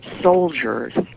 soldiers